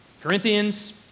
Corinthians